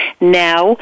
now